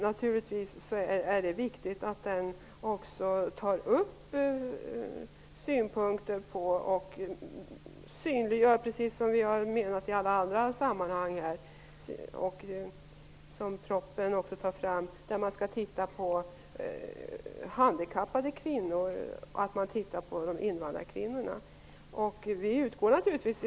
Naturligtvis är det viktigt att man i den också tar upp invandrarkvinnornas situation, precis som vi har framhållit att man bör synliggöra kvinnorna i alla andra sammanhang, t.ex. bland de handikappade. Detta framhålls också i propositionen.